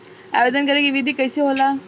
आवेदन करे के विधि कइसे होला?